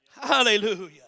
Hallelujah